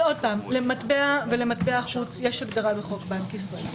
--- למטבע ולמטבע חוץ יש הגדרה בחוק בנק ישראל.